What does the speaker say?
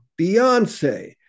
Beyonce